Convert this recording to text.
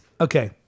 Okay